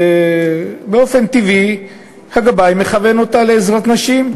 ובאופן טבעי הגבאי מכוון אותה לעזרת הנשים.